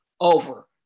over